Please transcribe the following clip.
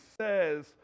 says